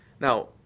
Now